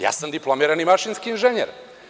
Ja sam diplomirani mašinski inženjer.